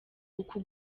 uku